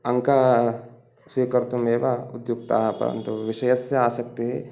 अङ्कानि स्वीकर्तुम् एव उद्युक्ताः परन्तु विषयस्य आसक्तिः